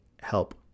help